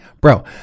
bro